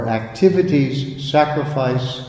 activities/sacrifice